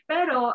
Pero